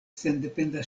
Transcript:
sendependa